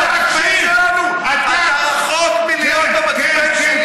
אתה רחוק מלהיות המצפן שלי,